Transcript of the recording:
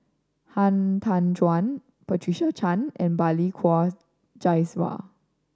Han Tan Juan Patricia Chan and Balli Kaur Jaswal